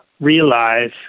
realize